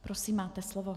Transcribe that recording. Prosím, máte slovo.